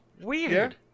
Weird